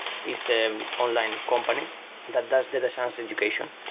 it's an online company that does data science education.